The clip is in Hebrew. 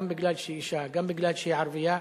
גם בגלל שהיא אשה, גם בגלל שהיא ערבייה.